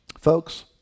Folks